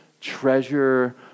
treasure